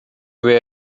were